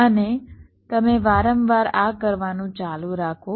અને તમે વારંવાર આ કરવાનું ચાલુ રાખો